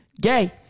Gay